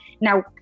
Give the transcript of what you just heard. Now